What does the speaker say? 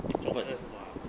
order 什么 ah